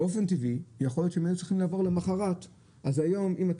באופן טבעי יכול להיות שהם היו צריכים לבוא למחרת,